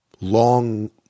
long